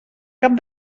cap